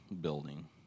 building